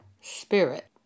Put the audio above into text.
spirit